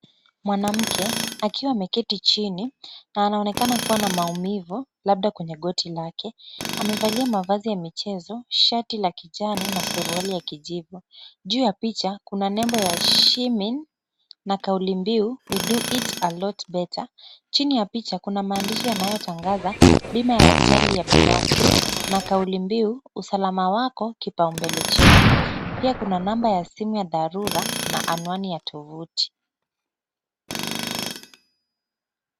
Mwanamke akiwa ameketi chini na anaonekana kuwa na maumivu labda kwenye goti lake. Amevalia mavazi ya michezo, shati la kijani na suruali ya kijivu. Juu ya picha kuna nembo ya shimin na kauli mbiu we do it alot better .Chini ya picha kuna maandishi yanayotangaza bima ya ajali ya binafsi na kauli mbiu usalama wako kipaumbele chetu. Pia kuna namba ya simu ya dharura na anwani ya tovuti.